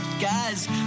guys